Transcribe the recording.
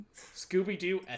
Scooby-Doo